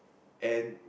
and